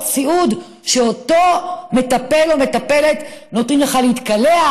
סיעוד שבהן אותו מטפל או מטפלת נותנים לך להתקלח,